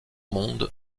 monde